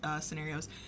scenarios